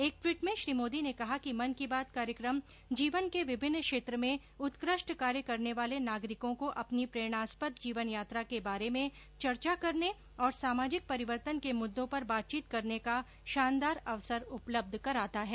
एक ट्वीट मेँ श्री मोदी ने कहा कि मन की बात कार्यक्रम जीवन के विभिन्न क्षेत्र में उत्कृष्ट कार्य करने वाले नागरिकों को अपनी प्रेरणास्पद जीवन यात्रा के बारे में चर्चा करने और सामाजिक परिवर्तन के मुद्दों पर बातचीत करने का शानदार अवसर उपलब्ध कराता है